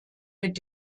mit